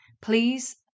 please